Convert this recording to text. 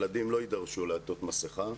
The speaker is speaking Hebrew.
ילדים לא יידרשו לעטות מסיכה.